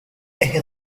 eje